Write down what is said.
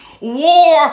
war